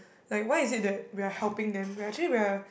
like why is it that we're helping them we're actually we're